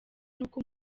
n’uko